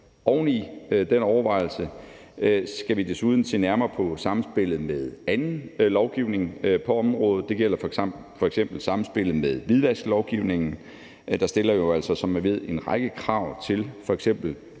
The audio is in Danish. Oven i den overvejelse skal vi se nærmere på samspillet med anden lovgivning på området, det gælder f.eks. samspillet med hvidvasklovgivningen, der jo altså, som man ved, stiller en række krav til f.eks.